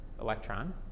electron